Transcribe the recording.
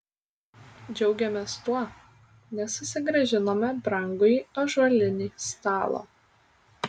džiaugėmės tuo nes susigrąžinome brangųjį ąžuolinį stalą